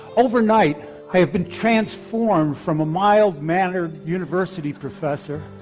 overnight i had been transformed from a mild-mannered university professor